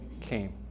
came